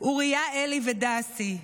אוריה, אלי ודסי.